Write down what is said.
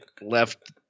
left